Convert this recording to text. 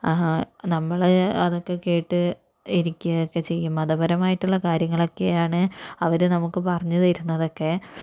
നമ്മള് അതൊക്കെ കേട്ട് ഇരിക്കുകയും ചെയ്യും മതപരമായിട്ടുള്ള കാര്യങ്ങളക്കെയാണ് അവര് നമുക്ക് പറഞ്ഞ് തരുന്നതൊക്കെ